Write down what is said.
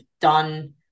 done